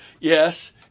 Yes